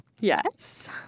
Yes